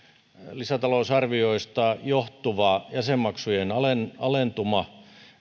lisätalousarvioista johtuva jäsenmaksujen alentuma alentuma